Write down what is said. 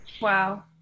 Wow